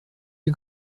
you